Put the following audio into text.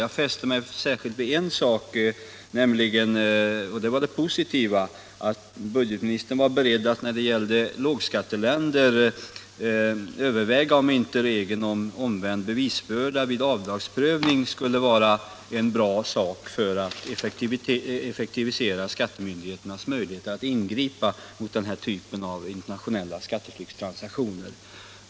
Jag fäste mig särskilt vid en sak, och det var det positiva i svaret, nämligen att budgetministern var beredd att när det gäller lågskatteländer överväga att införa en regel om omvänd bevisbörda vid avdragsprövning för att öka skattemyndigheternas möjligheter att ingripa mot den här typen av internationella skatteflyktstransaktioner.